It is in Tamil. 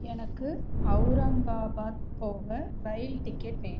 எனக்கு அவுரங்காபாத் போக ரயில் டிக்கெட் வேணும்